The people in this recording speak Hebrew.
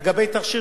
ולגבי תכשיר